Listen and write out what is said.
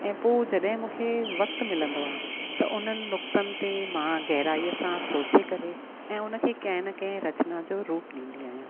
ऐं पोइ जॾहिं मूंखे वक़्तु मिलंदो आहे त उन्हनि नुक़्तनि ते मां गहिराईअ सां सोचे करे ऐं उन खे कंहिं न कंहिं रचिना जो रूप ॾींदी आहियां